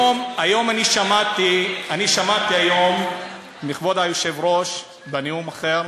משפט, אני שמעתי היום מכבוד היושב-ראש, בנאום אחר,